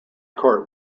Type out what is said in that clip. court